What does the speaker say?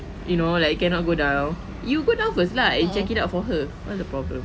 you know like cannot go down you go down first lah like check it out for her what's the problem